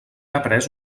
aprés